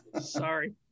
sorry